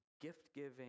gift-giving